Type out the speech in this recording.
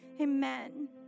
Amen